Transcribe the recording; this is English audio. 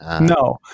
No